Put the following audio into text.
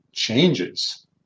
Changes